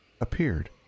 appeared